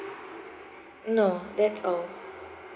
no that's all